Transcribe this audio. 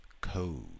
code